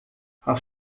haar